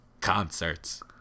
concerts